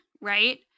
right